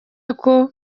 uko